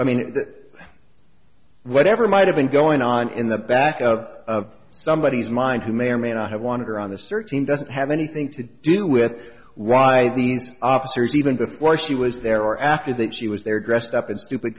i mean whatever might have been going on in the back of somebody's mind who may or may not have wanted her on the search team doesn't have anything to do with why these officers even before she was there or after that she was there greste up in stupid